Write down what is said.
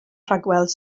rhagweld